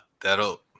That'll